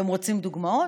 אתם רוצים דוגמאות?